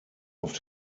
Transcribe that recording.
auf